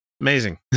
amazing